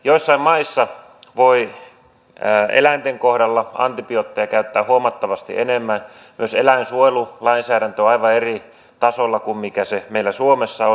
joissain maissa voi eläinten kohdalla antibiootteja käyttää huomattavasti enemmän myös eläinsuojelulainsäädäntö on aivan eri tasolla kuin millä se meillä suomessa on